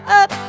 up